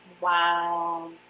Wow